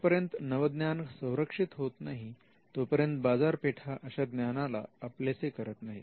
जोपर्यंत नवज्ञान संरक्षित होत नाही तोपर्यंत बाजारपेठा अशा ज्ञानाला आपलेसे करत नाहीत